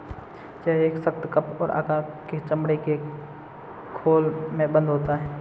यह एक सख्त, कप के आकार के चमड़े के खोल में बन्द होते हैं